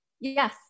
Yes